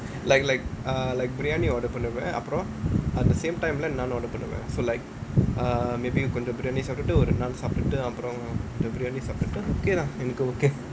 like like err like biryani order பண்ணுவேன்:pannuvaen at the same time leh naan order பண்ணுவேன்:pannuvaen so like maybe கொஞ்சம்:konjam biryani சாப்டுட்டு ஒரு:saaptutu oru naan சாப்டுட்டு அப்புறம் கொஞ்சம்:saaptutu appuram konjam biryani சாப்டுட்டு:saaptutu okay lah எனக்கு:enakku okay